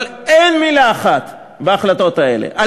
אבל אין מילה אחת בהחלטות האלה על